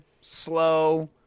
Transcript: slow